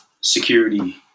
security